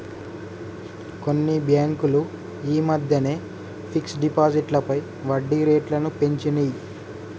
కొన్ని బ్యేంకులు యీ మద్దెనే ఫిక్స్డ్ డిపాజిట్లపై వడ్డీరేట్లను పెంచినియ్